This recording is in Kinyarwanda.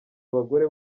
abagore